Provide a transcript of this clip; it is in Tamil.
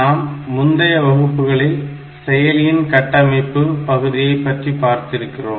நாம் முந்தைய வகுப்புகளில் செயலியின் கட்டமைப்பு பகுதியை பற்றி பார்த்திருக்கிறோம்